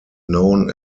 known